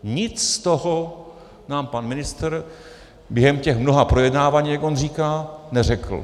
Nic z toho nám pan ministr během těch mnoha projednávání, jak on říká, neřekl.